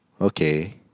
okay